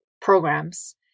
programs